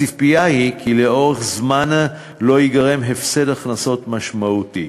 הציפייה היא כי לאורך זמן לא ייגרם הפסד הכנסות משמעותי.